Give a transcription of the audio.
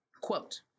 quote